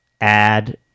add